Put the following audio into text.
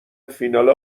فینال